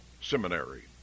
seminary